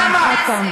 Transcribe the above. סלמאת.